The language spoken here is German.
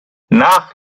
nach